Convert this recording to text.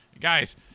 guys